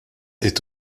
est